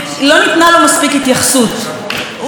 הוא הלך לא רק להתפלל עם החיילים בשטח,